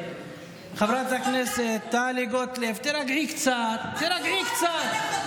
לחברת הכנסת גוטליב ולאחרים,